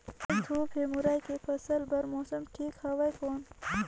आज धूप हे मुरई के फसल बार मौसम ठीक हवय कौन?